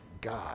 God